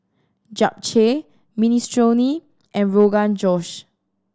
Japchae Minestrone and Rogan Josh